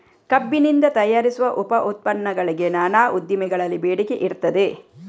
ಕಬ್ಬಿನಿಂದ ತಯಾರಿಸುವ ಉಪ ಉತ್ಪನ್ನಗಳಿಗೆ ನಾನಾ ಉದ್ದಿಮೆಗಳಲ್ಲಿ ಬೇಡಿಕೆ ಇರ್ತದೆ